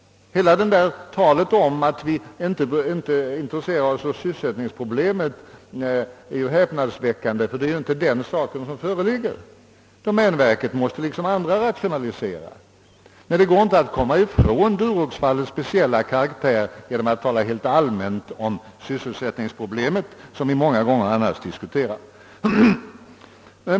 Allt tal om att vi inte intresserar oss för sysselsättningsproblemet är helt enkelt häpnadsväckande. Det är ju inte detta vi nu diskuterar. Domänverket måste liksom andra rationalisera. Men det går inte att komma ifrån Duroxfallets speciella karaktär genom att tala helt allmänt om sysselsättningsproblemet, som vi ju annars många gånger diskuterat.